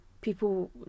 people